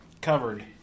covered